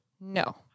No